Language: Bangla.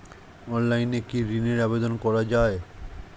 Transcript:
অনলাইনে কি ঋনের আবেদন করা যায়?